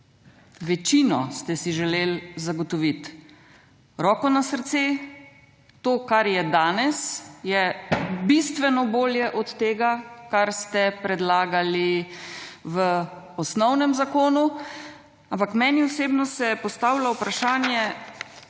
večino ste si želeli zagotoviti. Roko na srce, to kar je danes je bistveno bolje od tega kar ste predlagali v osnovnem zakonu, ampak meni osebno se postavlja vprašanje